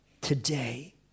today